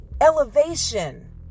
elevation